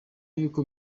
yuko